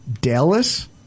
Dallas